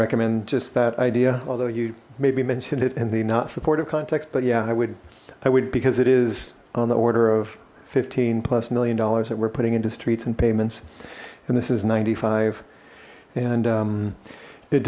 recommend just that idea although you may be mentioned it and be not supportive context but yeah i would i would because it is on the order of fifteen plus million dollars that we're putting into streets and payments and this is ninety five and